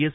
S